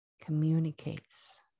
communicates